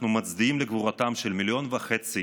אנחנו מצדיעים לגבורתם של מיליון וחצי